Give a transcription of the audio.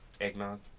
Eggnog